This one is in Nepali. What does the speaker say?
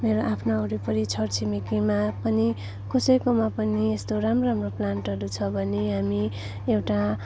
मेरा आफ्ना वरिपरि छर छिमेकीमा पनि कसैकोमा पनि यस्तो राम्रो राम्रो प्लान्टहरू छ भने हामी एउटा